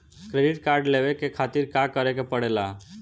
Credit card लेवे के खातिर का करेके पड़ेला?